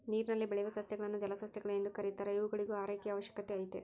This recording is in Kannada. ನೀರಿನಲ್ಲಿ ಬೆಳೆಯುವ ಸಸ್ಯಗಳನ್ನು ಜಲಸಸ್ಯಗಳು ಎಂದು ಕೆರೀತಾರ ಇವುಗಳಿಗೂ ಆರೈಕೆಯ ಅವಶ್ಯಕತೆ ಐತೆ